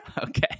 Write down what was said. Okay